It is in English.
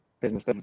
business